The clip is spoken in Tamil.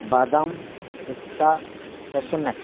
பாதாம் பிஸ்தா கேஸுநெட்